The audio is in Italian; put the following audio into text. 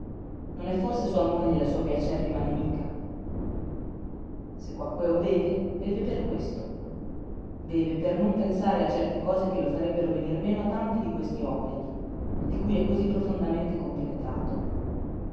non è forse sua moglie la sua piú acerrima nemica se quaquèo beve beve per questo beve per non pensare a certe cose che lo farebbero venir meno a tanti di questi obblighi di cui è cosí profondamente compenetrato